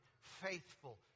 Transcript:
faithful